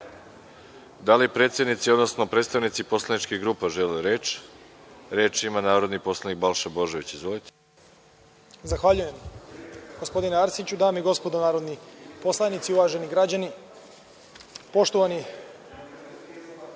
li predsednici, odnosno predstavnici poslaničkih grupa žele reč? Reč ima narodni poslanik Balša Božović. Izvolite. **Balša Božović** Zahvaljujem. Gospodine Arsiću, dame i gospodo narodni poslanici, uvaženi građani, poštovani